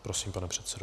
Prosím, pane předsedo.